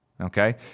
okay